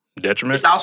Detriment